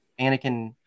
Anakin